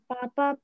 Papa